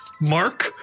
Mark